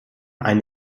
ein